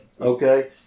Okay